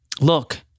Look